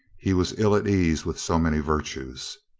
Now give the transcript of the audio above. he was ill at ease with so many virtues.